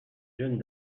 jeunes